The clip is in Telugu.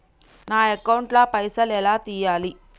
నా అకౌంట్ ల పైసల్ ఎలా తీయాలి?